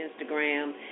Instagram